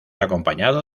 acompañado